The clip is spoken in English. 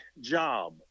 job